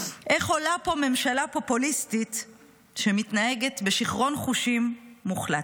איך עולה פה ממשלה פופוליסטית שמתנהגת בשיכרון חושים מוחלט.